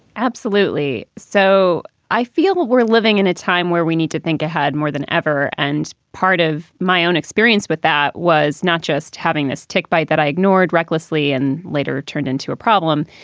absolutely. so i feel that we're living in a time where we need to think ahead more than ever. and part of my own experience with that was not just having this tick bite that i ignored recklessly and later turned into a problem,